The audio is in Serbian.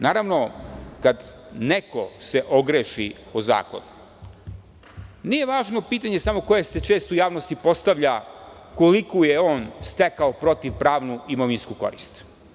Naravno kada neko se ogreši o zakon, nije važno samo pitanje koje se često u javnosti postavlja koliku je on stekao protivpravnu imovinsku korist.